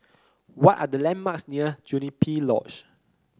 what are the landmarks near Juniper Lodge